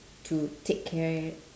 to take care